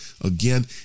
again